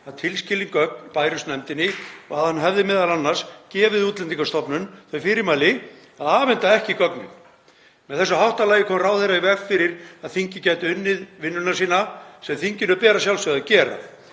að tilskilin gögn bærust nefndinni og hann hefði m.a. gefið Útlendingastofnun þau fyrirmæli að afhenda ekki gögnin. Með þessu háttalagi kom ráðherra í veg fyrir að þingið gæti unnið vinnuna sína, sem þinginu ber að sjálfsögðu að gera.